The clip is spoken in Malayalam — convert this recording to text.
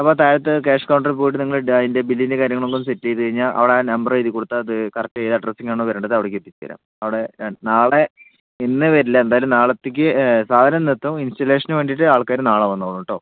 അപ്പോൾ താഴത്തെ ക്യാഷ് കൗണ്ടറിൽ പോയിട്ട് നിങ്ങൾ ഡായിൻ്റെ ബില്ലിൻ്റെ കാര്യങ്ങൾ ഒന്നുകൂടി സെറ്റ് ചെയ്ത് കഴിഞ്ഞാൽ അവിടെ ആ നമ്പറെഴുതി കൊടുത്താൽ അത് കറക്ട് അഡ്രെസിലാണോ വരേണ്ടത് അവിടേയ്ക്ക് എത്തിച്ചു തരാം അവിടെ നാളെ ഇന്നു വരില്ല എന്തായാലും നാളത്തേയ്ക്ക് സാധനം ഇന്നെത്തും ഇൻസ്റ്റൊലേഷന് വേണ്ടിയിട്ട് ആൾക്കാർ നാളെ വന്നോളും കേട്ടോ